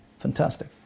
Fantastic